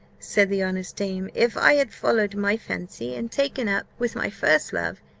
said the honest dame, if i had followed my fancy, and taken up with my first love,